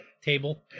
table